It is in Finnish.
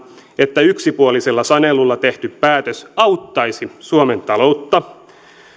että yksipuolisella sanelulla tehty päätös auttaisi suomen taloutta